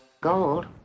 Gold